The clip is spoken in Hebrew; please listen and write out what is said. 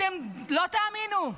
אתם לא תאמינו.